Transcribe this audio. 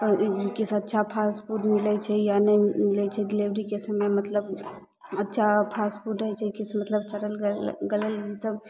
किछु अच्छा fast food मिलै छै या नहि मिलै छै डीलेभरीके समय मतलब अच्छा फास्ट फूड रहै छै किछु मतलब सड़ल गलल ईसब